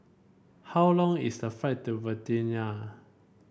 how long is the flight to Vientiane